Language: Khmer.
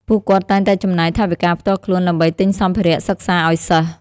ពួកគាត់តែងតែចំណាយថវិកាផ្ទាល់ខ្លួនដើម្បីទិញសម្ភារៈសិក្សាឲ្យសិស្ស។